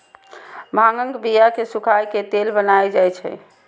भांगक बिया कें सुखाए के तेल बनाएल जाइ छै